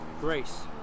grace